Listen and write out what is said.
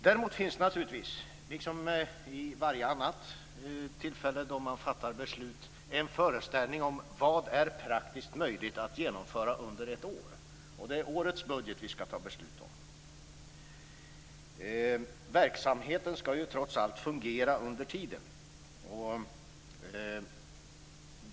Däremot finns det naturligtvis, liksom vid varje annat tillfälle då man fattar beslut, en föreställning om vad som är praktiskt möjligt att genomföra under ett år. Det är årets budget vi skall fatta beslut om. Verksamheten skall trots allt fungera under tiden.